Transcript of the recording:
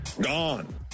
Gone